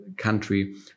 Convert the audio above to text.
country